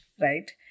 Right